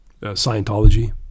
scientology